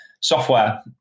software